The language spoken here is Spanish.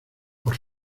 por